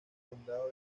condado